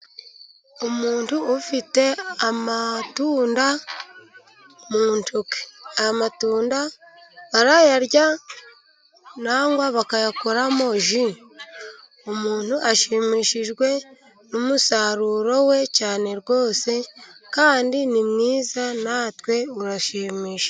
Umuntu ufite amatunda mu ntoki. Amatunda barayarya cyangwa bakayakoramo ji, umuntu ashimishijwe n'umusaruro we cyane rwose, kandi ni mwiza, natwe uradushimishije.